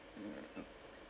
mm